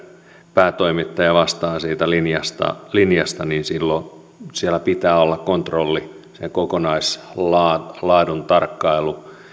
päätoimittaja vastaa siitä linjasta linjasta ja silloin siellä pitää olla kontrolli sen kokonaislaadun tarkkailu